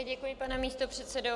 Děkuji, pane místopředsedo.